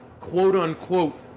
quote-unquote